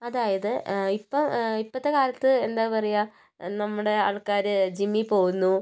അതായത് ഇപ്പോൾ ഇപ്പോഴത്തെ കാലത്ത് എന്താണ് പറയുക നമ്മുടെ ആൾക്കാര് ജിമ്മിൽ പോവുന്നു